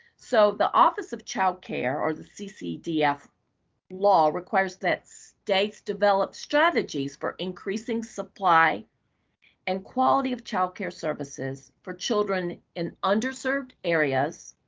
so the office of childcare, or the ccdf law, requires that states develop strategies for increasing supply and quality of child care services for children in underserved areas,